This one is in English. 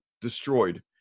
destroyed